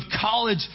college